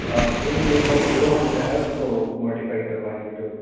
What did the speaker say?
भईया मेरी bike Hero Honda है उसको मॉडिफाई करवानी है थोड़ी